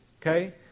okay